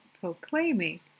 proclaiming